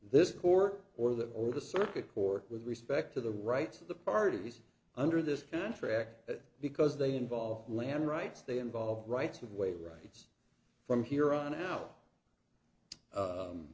this court or that old a circuit court with respect to the rights of the parties under this contract because they involve land rights they involve rights of way rights from here on out